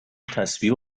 تسبیح